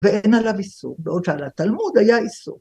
‫ואין עליו איסור. ‫בעוד שעל התלמוד היה איסור.